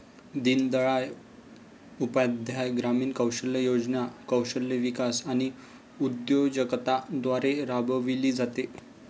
दीनदयाळ उपाध्याय ग्रामीण कौशल्य योजना कौशल्य विकास आणि उद्योजकता द्वारे राबविली जाते